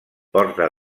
porta